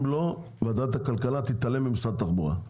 אם לא, ועדת הכלכלה תתעלם ממשרד התחבורה.